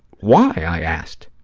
why, i asked?